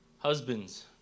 Husbands